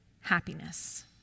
happiness